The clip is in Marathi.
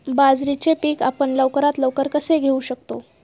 बाजरीचे पीक आपण लवकरात लवकर कसे घेऊ शकतो?